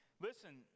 listen